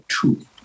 two